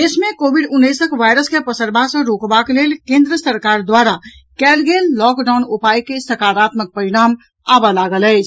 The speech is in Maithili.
देश मे कोविड उन्नैस वायरस के पसरबा सँ रोकबाक लेल केन्द्र सरकार द्वारा कएल गेल लॉकडाउन उपाय के सकारात्मक परिणाम आबऽ लागल अछि